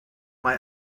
mae